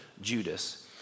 Judas